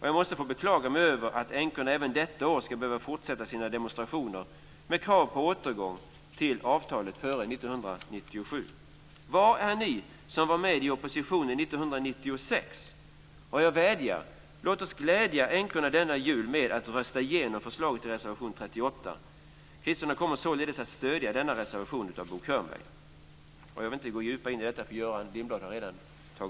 Jag måste få beklaga mig över att änkorna även detta år ska behöva fortsätta sina demonstrationer med krav på återgång till avtalet före 1997. Var är ni som var med i oppositionen 1996? Jag vädjar: Låt oss glädja änkorna denna jul med att rösta igenom förslaget i reservation 38. Kristdemokraterna kommer att stödja denna reservation av Bo Könberg m.fl. Jag behöver inte gå närmare in på detta, eftersom det redan har tagits upp av Göran Lindblad.